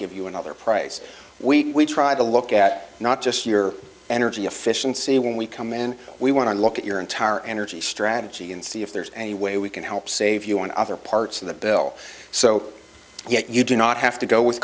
give you another price we try to look at not just your energy efficiency when we come in we want to look at your entire energy strategy and see if there's any way we can help save you and other parts of the bill so you do not have to go with